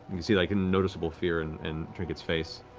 can see like noticeable fear in in trinket's face.